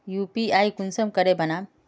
UPI कुंसम करे बनाम?